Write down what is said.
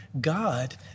God